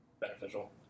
beneficial